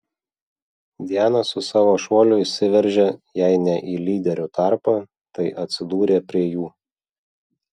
diana su savo šuoliu įsiveržė jei ne į lyderių tarpą tai atsidūrė prie jų